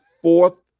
fourth